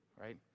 Right